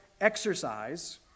exercise